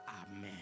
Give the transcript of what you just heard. Amen